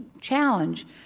challenge